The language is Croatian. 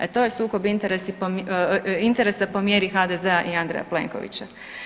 E to je sukob interesa po mjeri HDZ-a i Andreja Plenkovića.